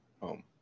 home